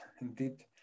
indeed